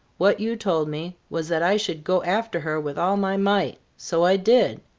what you told me was that i should go after her with all my might. so i did